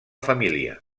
família